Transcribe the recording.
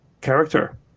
character